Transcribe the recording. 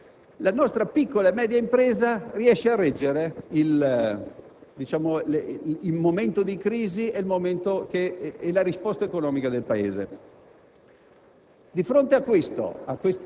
Questi sono i gruppi italiani. La nostra piccola e media impresa riesce a reggere e, in un momento di crisi, è la risposta economica del Paese.